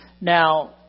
Now